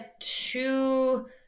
two –